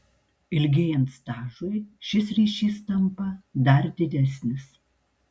ilgėjant stažui šis ryšys tampa dar didesnis